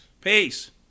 Peace